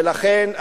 ולכן,